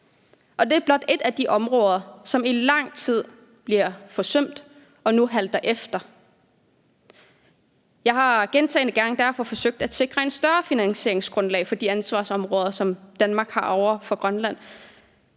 og det er blot et af de områder, som i lang tid er blevet forsømt og nu halter efter. Jeg har derfor gentagne gange forsøgt at skabe et større finansieringsgrundlag for de ansvarsområder, som Danmark har i forhold